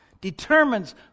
determines